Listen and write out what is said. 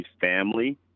Family